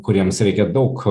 kuriems reikia daug